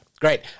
Great